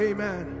Amen